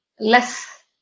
less